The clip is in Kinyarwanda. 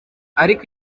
ariko